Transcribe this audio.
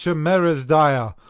chimeras dire,